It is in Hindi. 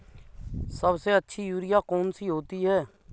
सबसे अच्छी यूरिया कौन सी होती है?